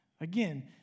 Again